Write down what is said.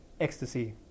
ecstasy